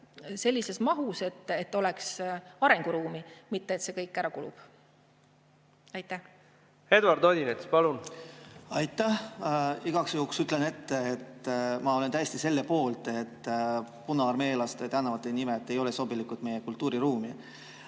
sellises mahus, et oleks arenguruumi, mitte et see kõik ära kulub. Eduard Odinets, palun! Aitäh! Igaks juhuks ütlen ette, et ma olen täiesti selle poolt, et punaarmeelaste nime kandvad tänavad ei ole sobilikud meie kultuuriruumi.